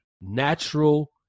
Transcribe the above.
natural